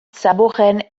zaborren